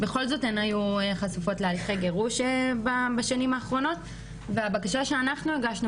בכל זאת הן היו חשופות להליכי גירוש בשנים האחרונות והבקשה שאנחנו הגשנו